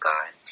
God